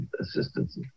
assistance